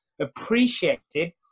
appreciated